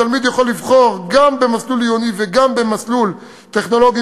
תלמיד יכול לבחור גם במסלול עיוני וגם במסלול טכנולוגי-מקצועי.